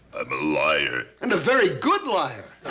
i'm a liar. and a very good liar.